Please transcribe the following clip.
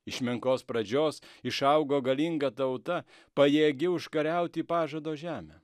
iš menkos pradžios išaugo galinga tauta pajėgi užkariauti pažado žemę